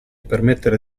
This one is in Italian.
permettere